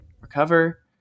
recover